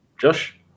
Josh